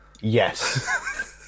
Yes